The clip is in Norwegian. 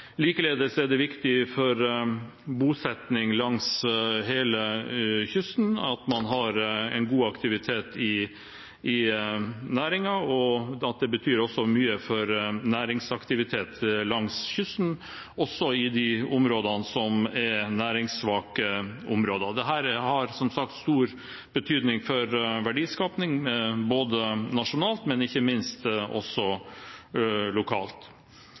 Likeledes er det viktig for bosetting langs hele kysten at man har en god aktivitet i næringen, og det betyr mye for næringsaktivitet langs kysten, også i de områdene som er næringssvake. Dette har som sagt stor betydning for verdiskaping, både nasjonalt og lokalt. Så er det sånn at produksjon av mat også